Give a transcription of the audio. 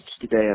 today